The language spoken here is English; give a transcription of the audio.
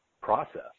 process